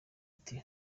ati